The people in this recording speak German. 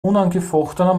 unangefochtener